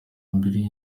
mbiri